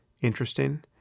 interesting